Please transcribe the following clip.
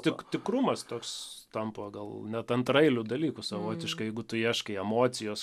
tik tikrumas toks tampa gal net antraeiliu dalyku savotiškai jeigu tu ieškai emocijos